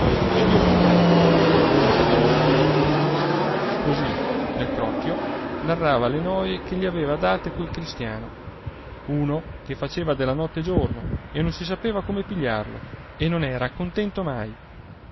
ed io pure soggiunse don leopoldo così nel crocchio narrava le noie che gli aveva date quel cristiano uno che faceva della notte giorno e non si sapeva come pigliarlo e non era contento mai